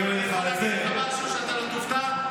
אני יכול להגיד לך משהו שאתה לא תופתע ממנו?